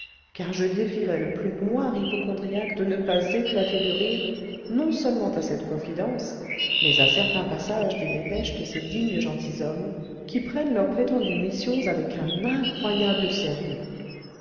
car je défierais le plus noir hypocondriaque de ne pas éclater de rire non-seulement à cette confidence mais à certains passages des dépêches de ces dignes gentilshommes qui prennent leurs prétendues missions avec un incroyable sérieux